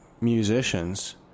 musicians